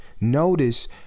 notice